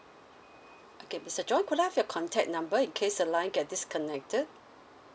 okay mister john could I have your contact number in case the line get disconnected